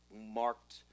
marked